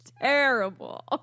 terrible